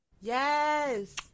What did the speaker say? Yes